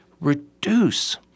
reduce